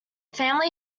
family